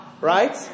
right